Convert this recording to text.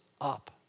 up